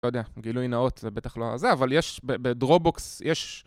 לא יודע, גילוי נאות זה בטח לא הזה, אבל יש בדרופבוקס, יש.